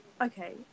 okay